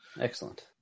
Excellent